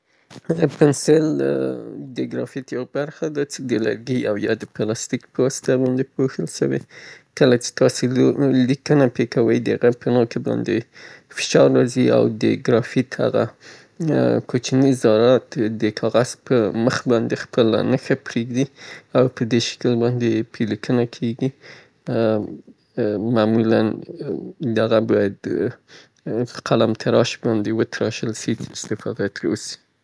پنسل د ګرافیت څخه جوړ سوی چه کوم څې د کاربن بڼه ده، کله چه تاسې لیکئ د پنسل په پای کې فشار ددې چه د ګرافیت کوچیني ذرات د کاغذ پرمخ پاتې سي او یو نښه رامنځته کړي، د لرګي بهرنی برخه د ګرافیتو ساتنه کوي او په اسانه اداره کولو اجازه ورکیي.